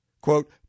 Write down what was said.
Quote